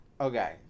Okay